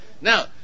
Now